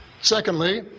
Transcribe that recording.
Secondly